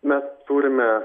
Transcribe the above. mes turime